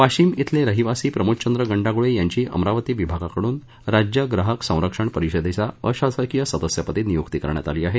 वाशिम इथले रहिवासी प्रमोदचंद्र गंडागुळे यांची अमरावती विभागाकडून राज्य ग्राहक संरक्षण परिषदेच्या अशासकीय सदस्यपदी नियुक्ती करण्यात आली आहे